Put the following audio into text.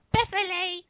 Beverly